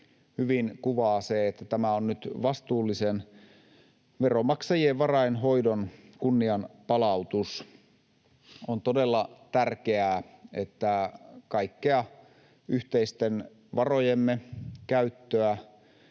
hyvin kuvaa se, että tämä on nyt vastuullisen veronmaksajien varainhoidon kunnianpalautus. On todella tärkeää, että kaikkea yhteisten varojemme käyttöä